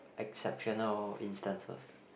exceptional instances